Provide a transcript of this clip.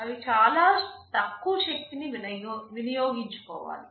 అవి చాలా తక్కువ శక్తిని వినియోగించుకోవాలి